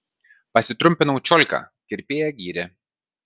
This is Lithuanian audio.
pasitrumpinau čiolką kirpėja gyrė